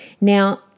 Now